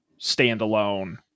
standalone